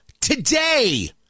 today